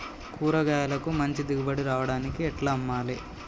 కూరగాయలకు మంచి దిగుబడి రావడానికి ఎట్ల అమ్మాలే?